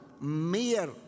mere